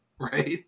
right